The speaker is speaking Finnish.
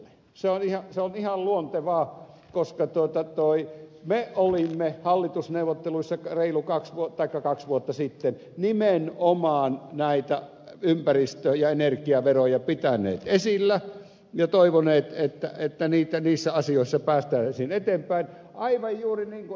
se on ihan luontevaa koska me olimme hallitusneuvotteluissa kaksi vuotta sitten nimenomaan näitä ympäristö ja energiaveroja pitäneet esillä ja toivoneet että niissä asioissa päästäisiin eteenpäin aivan niin kuin ed